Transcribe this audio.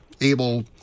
able